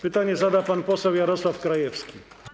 Pytanie zada pan poseł Jarosław Krajewski.